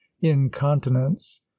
incontinence